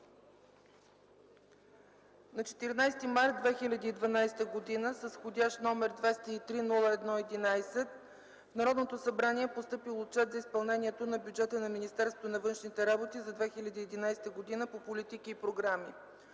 На 14 март 2012 г. с вх. № 303-01-11 в Народното събрание е постъпил Отчет за изпълнението на бюджета на Министерството на външните работи за 2011 г. по политики и програми.